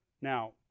Now